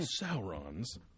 Sauron's